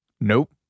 Nope